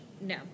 No